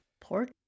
Pork